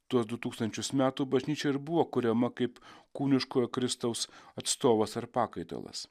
tuos du tūkstančius metų bažnyčia ir buvo kuriama kaip kūniškojo kristaus atstovas ar pakaitalas